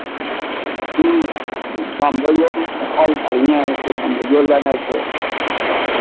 ह्म्म बम्बइओमे फल बढ़िएँ होइ छै बम्बइओ लेनाइ छै